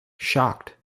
shocked